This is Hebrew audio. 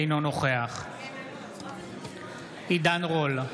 אינו נוכח עידן רול,